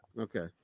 Okay